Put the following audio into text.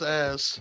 ass